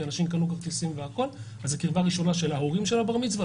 אנשים קנו כרטיסים וזו קרבה ראשונה של ההורים של הבר מצווה,